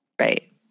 Right